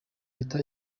leta